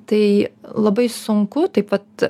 tai labai sunku taip pat